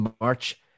March